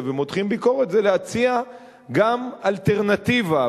ומותחים ביקורת זה להציע גם אלטרנטיבה,